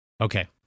Okay